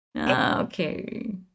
Okay